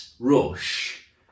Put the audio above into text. rush